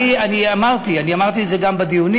אני, אני אמרתי, אמרתי את זה גם בדיונים.